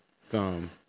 thumb